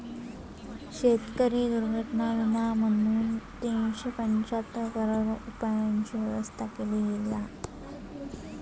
शेतकरी दुर्घटना विमा म्हणून तीनशे पंचाहत्तर करोड रूपयांची व्यवस्था केली गेली हा